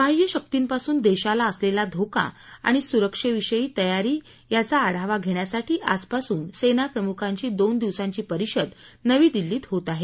बाह्य शक्तींपासून देशाला असलेला धोका आणि सुरक्षाविषयी तयारी याचा आढावा घेण्यासाठी आज पासून सेना प्रमुखांची दोन दिवसांची परिषद नवी दिल्लीत होत आहे